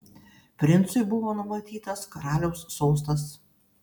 princui buvo numatytas karaliaus sostas